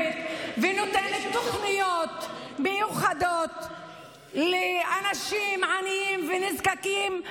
ונותנת תוכניות מיוחדות לאנשים עניים ונזקקים,